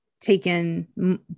Taken